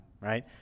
right